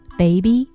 baby